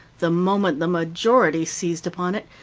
the moment the majority seized upon it,